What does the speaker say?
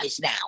now